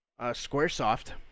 Squaresoft